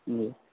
جی